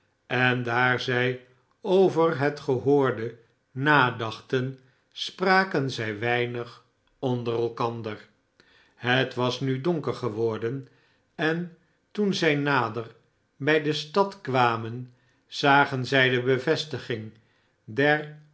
en daar zij over het genoorde nadachten spraken zij weinig onder elkander het was nil donker geworden en toen zij nader bij de stad kwamen zagen zij de bevestiging der